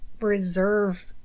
reserve